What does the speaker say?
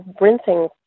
rinsing